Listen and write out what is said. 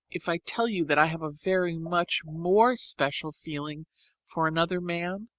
if i tell you that i have a very much more special feeling for another man?